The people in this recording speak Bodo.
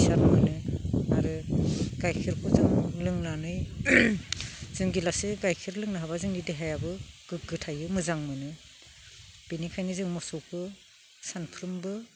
फैसा मोनो आरो गाइखेरखौ जों लोंनानै जों गिलाससे गाइखेर लोंनो हाबा जोंनि देहायाबो गोग्गो थायो मोजां मोनो बेनिखायनो जों मोसौखो सानफ्रोमबो